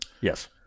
Yes